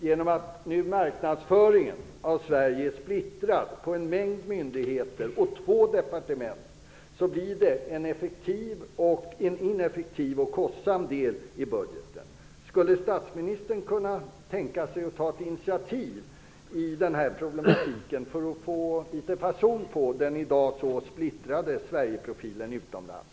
Genom att marknadsföringen av Sverige är splittrad på en mängd myndigheter och två departement blir det en ineffektiv och kostsam del i budgeten. Skulle statsministern kunna tänka sig att ta ett initiativ för att få litet fason på den i dag så splittrade Sverigeprofilen utomlands?